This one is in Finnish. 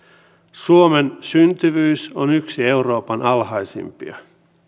suomen syntyvyys on yksi euroopan alhaisimpia